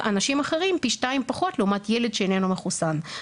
אנשים אחרים פי 2 פחות לעומת ילד שאיננו מחוסן.